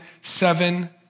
seven